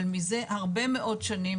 אבל מזה הרבה מאוד שנים,